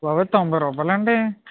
బాబోయ్ తొభై రూపాయలా అండి